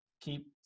keep